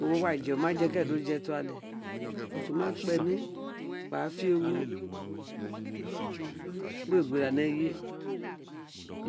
Ogho wo wa de keake ra tuale wo ma kpa emi gba fe ogho we gbi ira ni eye we